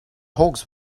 hogs